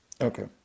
Okay